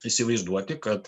įsivaizduoti kad